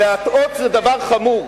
אדוני היושב-ראש, להטעות זה דבר חמור.